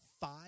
five